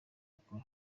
akora